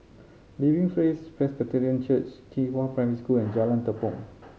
Living Praise Presbyterian Church Qihua Primary School and Jalan Tepong